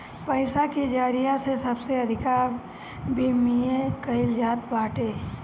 पईसा के जरिया से सबसे अधिका विमिमय कईल जात बाटे